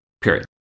period